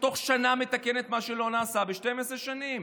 ותוך שנה מתקנת מה שלא נעשה ב-12 שנים.